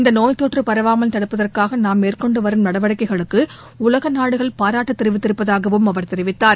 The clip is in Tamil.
இந்த நோய் தொற்று பரவாமல் தடுப்பதற்காக நாம் மேற்கொண்டு வரும் நடவடிக்கைகளுக்கு உலக நாடுகள் பாராட்டு தெரிவித்திருப்பதாகவும் அவர் தெரிவித்தார்